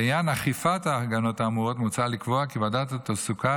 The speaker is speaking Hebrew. לעניין אכיפת ההגנות האמורות מוצע לקבוע כי ועדת התעסוקה